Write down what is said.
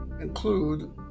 include